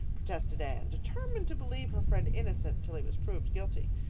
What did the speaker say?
protested anne, determined to believe her friend innocent till he was proved guilty.